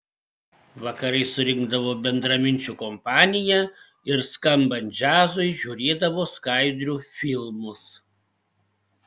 vakarais surinkdavo bendraminčių kompaniją ir skambant džiazui žiūrėdavo skaidrių filmus